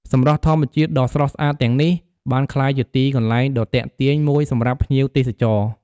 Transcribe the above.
សម្រស់ធម្មជាតិដ៏ស្រស់ស្អាតទាំងនេះ បានក្លាយជាទីកន្លែងដ៏ទាក់ទាញមួយសម្រាប់ភ្ញៀវទេសចរ។